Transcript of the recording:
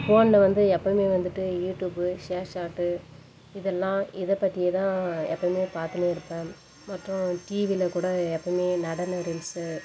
ஃபோனில் வந்து எப்போதுமே வந்துட்டு யூடூப்பு ஷேர்சேட்டு இதெல்லாம் இதை பற்றியே தான் எப்போதுமே பார்த்துன்னே இருப்பேன் மற்றும் டிவியில் கூட எப்போதுமே நடன ரீல்ஸு